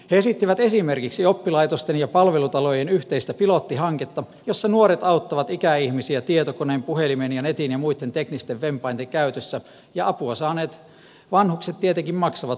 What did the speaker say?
he esittivät esimerkiksi oppilaitosten ja palvelutalojen yhteistä pilottihanketta jossa nuoret auttavat ikäihmisiä tietokoneen puhelimen netin ja muitten teknisten vempainten käytössä ja apua saaneet vanhukset tietenkin maksavat palveluistaan